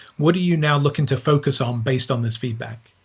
what are you now looking to focus on based on this feedback?